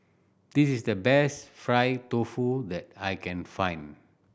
this is the best fried tofu that I can find